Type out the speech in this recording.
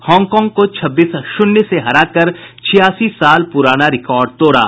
Hong Kong को छब्बीस शून्य से हरा कर छियासी साल पुराना रिकॉर्ड तोड़ा